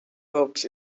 herbs